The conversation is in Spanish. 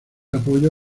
apoyo